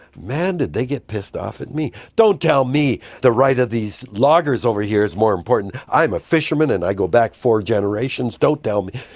man, did they get pissed off at me. don't tell me the right of these loggers over here is more important, i'm a fisherman and i go back four generations, don't tell me!